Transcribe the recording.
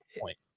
point